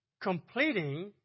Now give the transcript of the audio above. completing